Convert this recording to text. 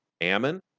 Ammon